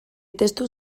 testu